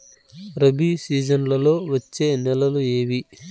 రబి సీజన్లలో వచ్చే నెలలు ఏవి?